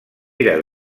era